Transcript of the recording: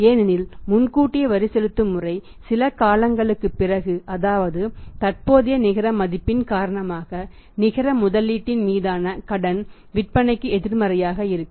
ஏனெனில் முன்கூட்டியே வரி செலுத்தும் முறை சில காலங்களுக்குப் பிறகு அதாவது தற்போதைய நிகர மதிப்புயின் காரணமாக நிகர முதலீட்டின் மீதான கடன் விற்பனைக்கு எதிர்மறையாக இருக்கும்